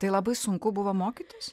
tai labai sunku buvo mokytis